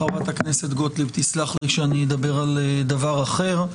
חברת הכנסת גוטליב תסלח לי שאני אדבר על דבר אחר.